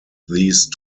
these